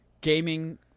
gaming